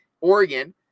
Oregon